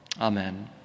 Amen